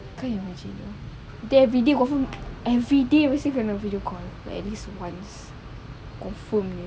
can you imagine they everyday confirm everyday mesti kena video call like at least once confirm